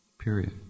Period